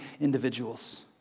individuals